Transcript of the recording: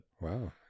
Wow